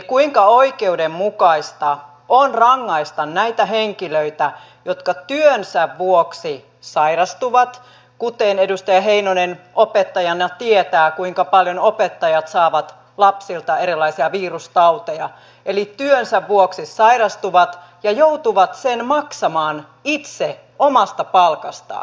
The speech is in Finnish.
kuinka oikeudenmukaista on rangaista näitä henkilöitä jotka työnsä vuoksi sairastuvat kuten edustaja heinonen opettajana tietää kuinka paljon opettajat saavat lapsilta erilaisia virustauteja eli työnsä vuoksi sairastuvat ja joutuvat sen maksamaan itse omasta palkastaan